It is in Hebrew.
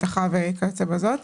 אבטחה וכיוצא בזה.